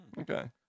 okay